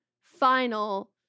final